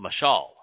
mashal